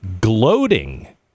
gloating